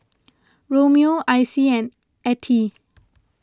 Romeo Icey and Ettie